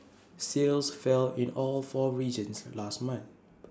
sales fell in all four regions last month